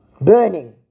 Burning